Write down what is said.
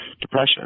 Depression